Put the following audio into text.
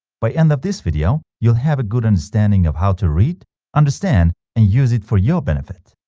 by end of this video you'll have a good understanding of how to read understand and use it for your benefit